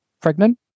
pregnant